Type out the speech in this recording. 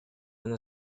una